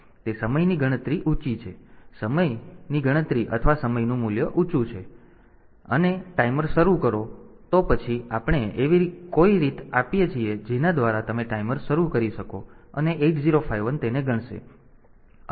તેથી તે સમયની ગણતરી ઊંચી છે અને સમયની ગણતરી અથવા સમયનું મૂલ્ય ઊંચું છે અને સમય મૂલ્ય ઓછું છે અને ટાઈમર શરૂ કરો તો પછી આપણે એવી કોઈ રીત આપીએ છીએ જેના દ્વારા તમે ટાઈમર શરૂ કરી શકો અને 8051 તેને ગણશે